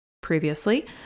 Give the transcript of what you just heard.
previously